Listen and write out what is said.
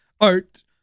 Art